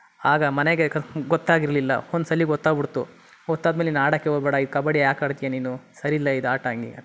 ಆಗ ಮನೆಗೆ ಕ ಗೊತ್ತಾಗಿರಲಿಲ್ಲ ಒಂದು ಸಲ ಗೊತ್ತಾಗ್ಬಿಡ್ತು ಗೊತ್ತಾದ ಮೇಲೆ ಇನ್ನು ಆಡೋಕ್ಕೇ ಹೋಗಬೇಡ ಈ ಕಬಡ್ಡಿ ಯಾಕೆ ಆಡ್ತೀಯ ನೀನು ಸರಿಯಿಲ್ಲ ಇದು ಆಟ ಹಾಗೆ ಹಿಂಗೆ ಅಂತ